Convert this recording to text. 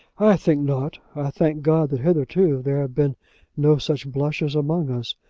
i think not. i thank god that hitherto there have been no such blushes among us.